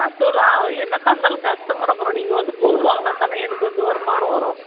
வசூலாகுது என்ன தான் இருந்தாலும் கஸ்டமர் அப்புறம் நீங்கள் வந்து பொருள் வாங்குனால் தானே எனக்கு வந்து வருமானம் வரும்